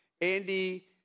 Andy